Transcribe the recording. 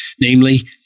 namely